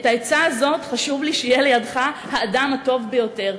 בשביל העצה הזאת חשוב לי שיהיה לידך האדם הטוב ביותר.